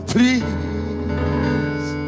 Please